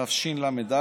התשל"א